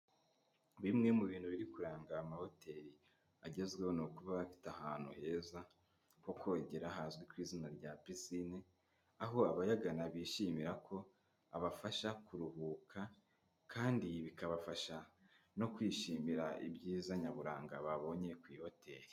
Bimwe mu bintu biri kuranga amahoteli agezweho ni ukuba bafite ahantu heza ho kogera hazwi ku izina rya pisine, aho abayagana bishimira ko abafasha kuruhuka kandi bikabafasha no kwishimira ibyiza nyaburanga babonye ku i hoteli.